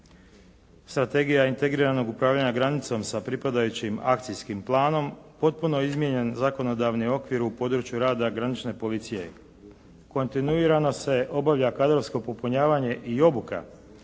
strategija integriranog upravljanja granicom sa pripadajućim akcijskim planom potpuno izmijenjen zakonodavni okvir u području rada granične policije. Kontinuirano se obavlja kadrovsko popunjavanje i obuka.